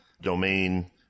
domain